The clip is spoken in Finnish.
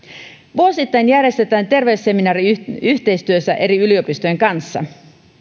vuosittain järjestetään terveysseminaari yhteistyössä eri yliopistojen kanssa